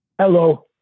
Hello